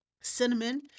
cinnamon